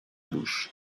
bouche